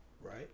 right